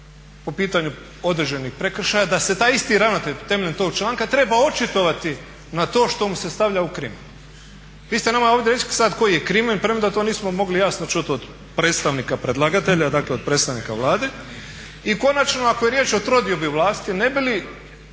po pitanju određenih prekršaja da se taj isti ravnatelj temeljem tog članka treba očitovati na to što mu se stavlja u krimen. Vi ste nama ovdje rekli sad koji je krimen premda to nismo mogli jasno čuti od predstavnika predlagatelja, dakle od predstavnika Vlade. I konačno ako je riječ o trodiobi vlasti ne bi li